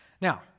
Now